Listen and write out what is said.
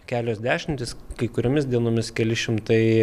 kelios dešimtys kai kuriomis dienomis keli šimtai